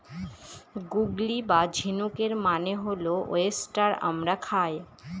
গুগলি বা ঝিনুকের মানে হল ওয়েস্টার আমরা খাই